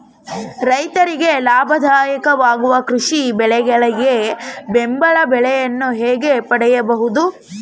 ರೈತರಿಗೆ ಲಾಭದಾಯಕ ವಾಗುವ ಕೃಷಿ ಬೆಳೆಗಳಿಗೆ ಬೆಂಬಲ ಬೆಲೆಯನ್ನು ಹೇಗೆ ಪಡೆಯಬಹುದು?